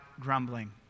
grumbling